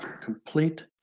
complete